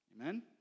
Amen